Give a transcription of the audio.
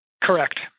Correct